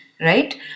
right